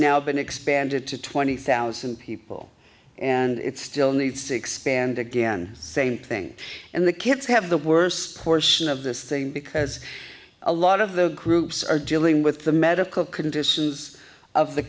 now been expanded to twenty thousand people and it still needs to expand again same thing and the kids have the worst portion of this thing because a lot of the groups are dealing with the medical conditions of the